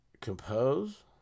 Compose